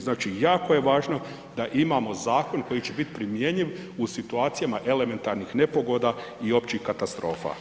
Znači jako je važno da imamo zakon koji će biti primjenjiv u situacijama elementarnih nepogoda i općih katastrofa.